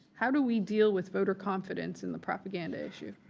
how do we deal with voter confidence in the propaganda issue?